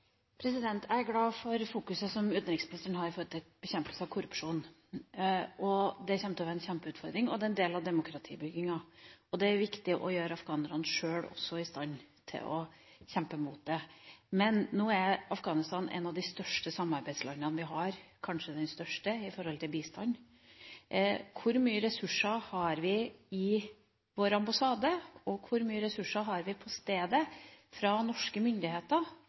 å være en kjempeutfordring og er en del av demokratibygginga. Det er viktig å gjøre også afghanerne sjøl i stand til å kjempe mot korrupsjon. Afghanistan er kanskje det største samarbeidslandet vi har når det gjelder bistand. Hvor mye ressurser har vi i vår ambassade? Hvor mye ressurser har norske myndigheter på stedet for å jobbe med å følge opp alle de store bistandsprosjektene som er der? Det er viktig å ha nok norske